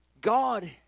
God